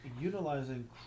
utilizing